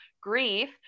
grief